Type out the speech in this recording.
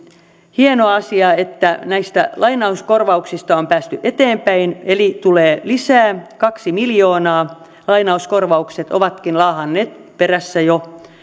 hieno asia että näistä lainauskorvauksista on päästy eteenpäin eli tulee lisää kaksi miljoonaa lainauskorvaukset ovatkin laahanneet perässä jo